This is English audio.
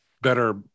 better